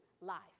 life